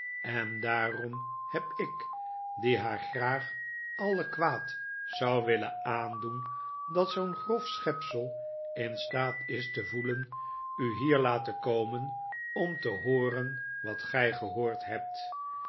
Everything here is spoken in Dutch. en daarom heb ik die haar graag alle kwaad zou willen aandoen dat zoo'n grof schepsel in staat is te voelen u hier laten komen om te hooren wat gij gehoord hebt